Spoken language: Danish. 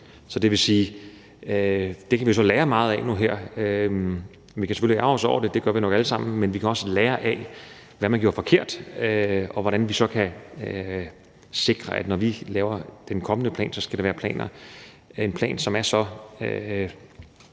Det vil sige, at det kan vi så lære meget af nu her. Vi kan selvfølgelig ærgre os over det, det gør vi nok alle sammen, men vi kan også lære af, hvad man gjorde forkert, og hvordan vi så kan sikre, at når vi laver den kommende plan, skal det være en plan, som er